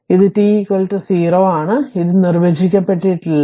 ഇത് t 0 ആണ് ഇത് നിർവചിക്കപ്പെട്ടിട്ടില്ല